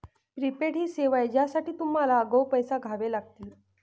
prepaid ही सेवा आहे ज्यासाठी तुम्हाला आगाऊ पैसे द्यावे लागतील